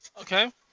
Okay